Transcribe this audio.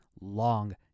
long